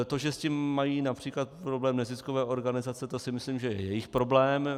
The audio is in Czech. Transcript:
To, že s tím mají například problém neziskové organizace, to si myslím, že je jejich problém.